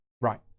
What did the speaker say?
right